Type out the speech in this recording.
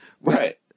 Right